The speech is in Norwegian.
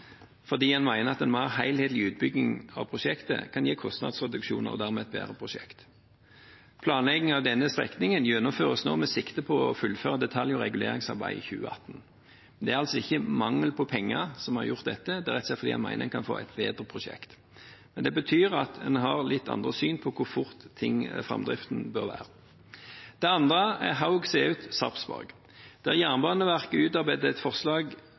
fordi en mener at en mer helhetlig utbygging av prosjektet kan gi kostnadsreduksjoner og dermed et bedre prosjekt. Planleggingen av denne strekningen gjennomføres nå med sikte på å fullføre detalj- og reguleringsplanarbeidet i 2019. Det er altså ikke mangel på penger som har gjort dette, det er rett og slett fordi en mener en kan få et bedre prosjekt. Det betyr at en har et litt annet syn på hvor rask framdriften bør være. Det andre er Haug–Seut, Sarpsborg, der Jernbaneverket utarbeidet et forslag